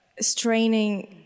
straining